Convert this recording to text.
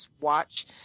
watch